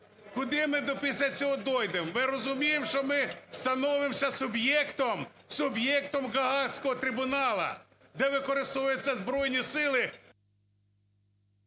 Куди ми після цього дійдемо? Ми розуміємо, що ми становимося суб'єктом Гаазького трибуналу, де використовуються Збройні Сили…